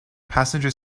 passenger